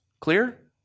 Clear